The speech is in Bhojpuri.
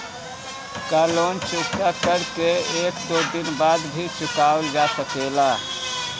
का लोन चुकता कर के एक दो दिन बाद भी चुकावल जा सकेला?